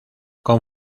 con